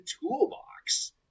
toolbox